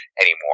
anymore